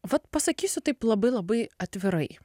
vat pasakysiu taip labai labai atvirai